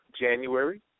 January